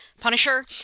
punisher